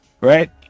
right